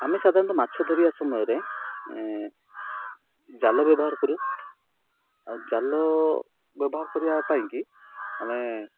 ଆମେ ସାଧାରଣତଃ ମାଛ ଧରିବା ସମୟରେ ଜାଲ ବ୍ୟବହାର କରୁ ଆଉ ଜାଲ ବ୍ୟବହାର କରିବା ପାଇଁକି ଆମେ